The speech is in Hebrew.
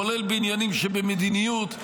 כולל בעניינים שבמדיניות,